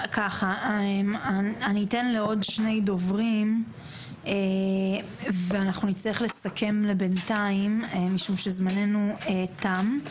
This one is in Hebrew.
אני אתן לעוד שני דוברים ואנחנו נצטרך לסכם לבינתיים משום שזמננו תם.